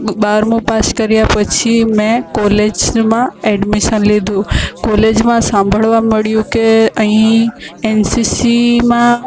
બારમું પાસ કર્યાં પછી મેં કોલેજમાં એડમિસન લીધું કોલેજમાં સાંભળવા મળ્યું કે અહીં એનસીસીમાં